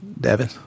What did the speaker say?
Devin